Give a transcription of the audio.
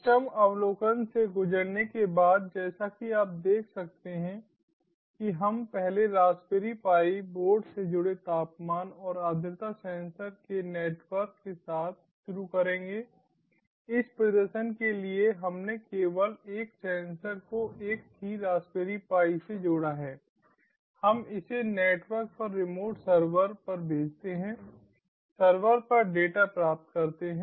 system अवलोकन से गुजरने के बाद जैसा कि आप देख सकते हैं कि हम पहले रासबेरी पाई बोर्ड से जुड़े तापमान और आर्द्रता सेंसर के नेटवर्क के साथ शुरू करेंगे इस प्रदर्शन के लिए हमने केवल एक सेंसर को एक ही रासबेरी पाई से जोड़ा है हम इसे नेटवर्क पर रिमोट सर्वर पर भेजते हैं सर्वर पर डेटा प्राप्त करते हैं